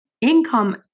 income